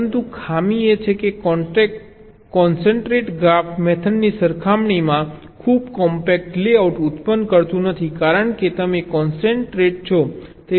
પરંતુ ખામી એ છે કે તે કોન્સ્ટ્રેંટ ગ્રાફ મેથડની સરખામણીમાં ખૂબ કોમ્પેક્ટ લેઆઉટ ઉત્પન્ન કરતું નથી કારણ કે તમે કોન્સ્ટ્રેન્ટ છો